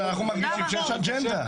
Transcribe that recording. אנחנו מרגישים שיש אג'נדה,